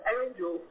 angel